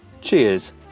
Cheers